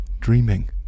dreaming